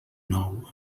nou